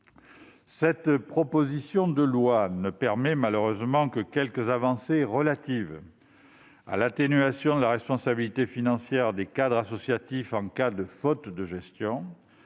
présente proposition de loi ne permet malheureusement que quelques avancées, relatives à l'atténuation de la responsabilité financière des cadres associatifs en cas de faute de gestion